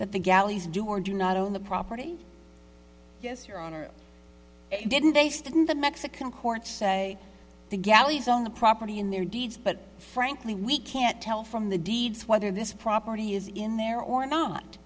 that the galleys do or do not own the property yes your honor didn't they stood in the mexican courts say the galleys own the property in their deeds but frankly we can't tell from the deeds whether this property is in there or not